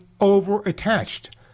over-attached